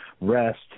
rest